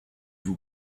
vous